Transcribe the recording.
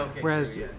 Whereas